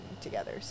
together